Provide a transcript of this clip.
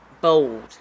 bold